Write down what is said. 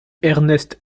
ernest